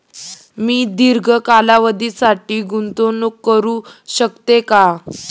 मी दीर्घ कालावधीसाठी गुंतवणूक करू शकते का?